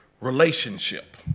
relationship